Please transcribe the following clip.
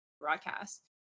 broadcast